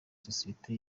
sosiyete